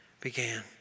began